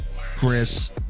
Chris